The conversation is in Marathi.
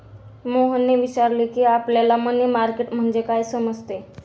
मोहनने विचारले की, आपल्याला मनी मार्केट म्हणजे काय समजते?